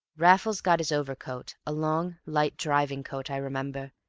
raffles got his overcoat, a long, light driving-coat, i remember,